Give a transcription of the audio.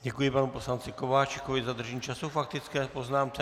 Děkuji panu poslanci Kováčikovi za dodržení času k faktické poznámce.